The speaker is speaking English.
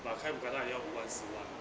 把开五 qatar 也要五万四万